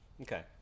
Okay